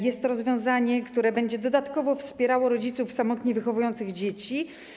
Jest to rozwiązanie, które będzie dodatkowo wspierało rodziców samotnie wychowujących dzieci.